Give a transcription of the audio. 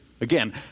Again